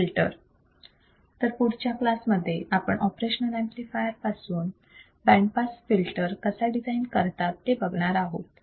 तर पुढच्या क्लासमध्ये आपण ऑपरेशनल ऍम्प्लिफायर operational amplifier पासून बँड पास फिल्टर कसा डिझाईन करतात ते बघणार आहोत